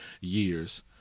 years